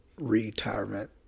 retirement